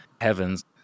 heavens